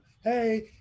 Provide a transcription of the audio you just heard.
Hey